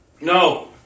No